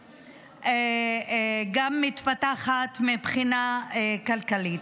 גם יותר מתפתחת מבחינה כלכלית.